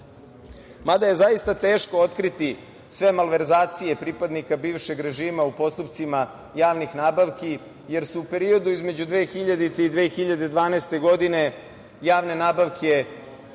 Mada, zaista je teško otkriti sve malverzacije pripadnika bivšeg režima u postupcima javnih nabavki, jer su u periodu između 2000. i 2012. godine javne nabavke, kao